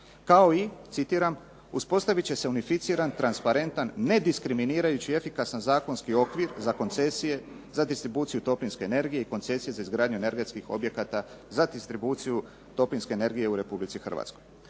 kao i" citiram: "uspostavit će se unificiran, transparentan, nediskriminirajući i efikasan zakonski okvir za koncesije, za distribuciju toplinske energije i koncesije za izgradnju energetskih objekata za distribuciju toplinske energije u Republici Hrvatskoj.